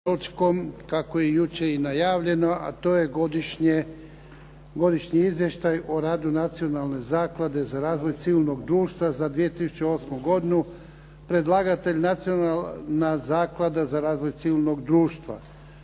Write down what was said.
kako je jučer i najavljeno, a to je - Godišnji izvještaj o radu Nacionalne zaklade za razvoj civilnog društva za 2008. godinu Predlagatelj: Nacionalna zaklada za razvoj civilnog društva